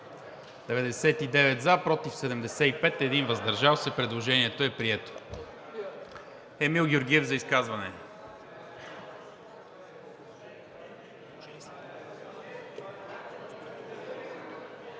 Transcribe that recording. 99, против 75, въздържал се 1. Предложението е прието. Емил Георгиев – за изказване.